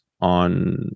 on